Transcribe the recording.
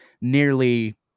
nearly